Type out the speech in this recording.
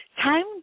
time